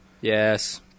Yes